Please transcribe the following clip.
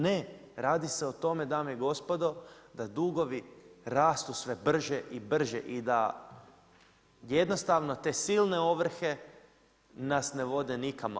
Ne, radi se o tome dame i gospodo, da dugovi rastu sve brže i brže i da jednostavno te silne ovrhe nas ne vode nikamo.